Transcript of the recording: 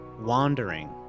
wandering